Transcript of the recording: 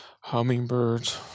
hummingbirds